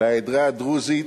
לעדה הדרוזית,